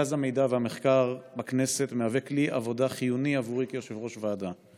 מרכז המחקר והמידע בכנסת הוא כלי עבודה חיוני עבורי כיושב-ראש ועדה.